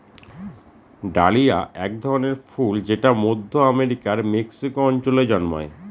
dahlia এক ধরনের ফুল যেটা মধ্য আমেরিকার মেক্সিকো অঞ্চলে জন্মায়